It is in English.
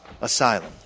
Asylum